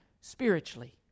spiritually